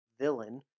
villain